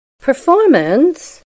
Performance